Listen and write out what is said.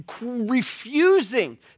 refusing